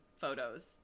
photos